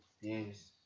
Yes